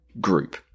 group